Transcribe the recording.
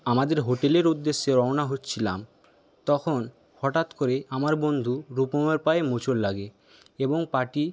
আমাদের হোটেলের উদ্দেশ্যে রওনা হচ্ছিলাম তখন হঠাৎ করে আমার বন্ধু রূপমের পায়ে মোচড় লাগে এবং পাটি